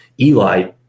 Eli